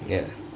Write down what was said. ya